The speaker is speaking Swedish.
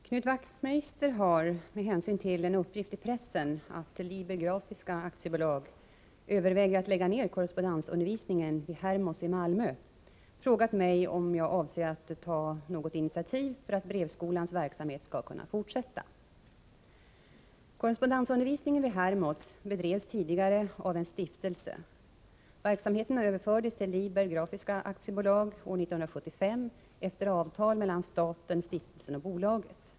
Herr talman! Knut Wachtmeister har — med hänvisning till en uppgift i pressen att Liber Grafiska AB överväger att lägga ned korrespondensundervisningen vid Hermods i Malmö — frågat mig om jag avser att ta något initiativ för att brevskolans verksamhet skall kunna fortsätta. Korrespondensundervisningen vid Hermods bedrevs tidigare av en stiftelse. Verksamheten överfördes till Liber Grafiska AB år 1975 efter avtal mellan staten, stiftelsen och bolaget.